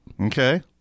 Okay